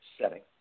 setting